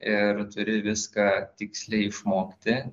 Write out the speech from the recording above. ir turi viską tiksliai išmokti